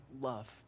love